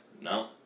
No